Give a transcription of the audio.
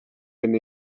gen